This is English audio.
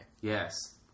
Yes